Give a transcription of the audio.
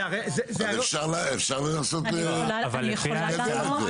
אז אפשר לנסות לנהל את זה.